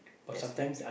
that's what